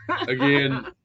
Again